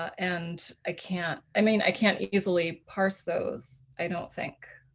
and i can't. i mean, i can't easily parse those, i don't think.